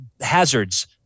hazards